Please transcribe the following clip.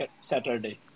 Saturday